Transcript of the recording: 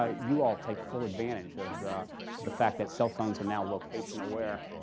ah you all take full advantage of the fact that cell phones are now location-aware.